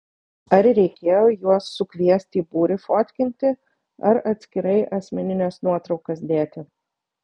ar reikėjo juos sukviesti į būrį fotkinti ar atskirai asmenines nuotraukas dėti